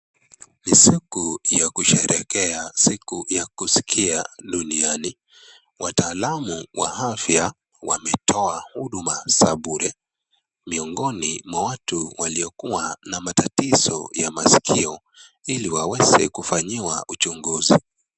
Ni siku ya kusherehekea siku ya kuskia duniani. Wataalam wa afya wametoa huduma za bure miongoni mwa watu waliokuwa na matatizo ya maskio ili waweze kufanyiwa uchunguzi.